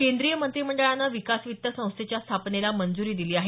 केंद्रीय मंत्रिमंडळानं विकास वित्त संस्थेच्या स्थापनेला मंजूरी दिली आहे